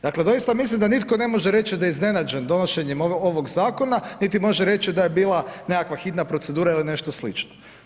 Dakle, dosta mislim da nitko ne može reći da je iznenađen donošenjem ovog zakona, niti može reći da je bila nekakva hitna procedura ili nešto slično.